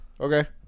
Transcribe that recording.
okay